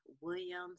Williams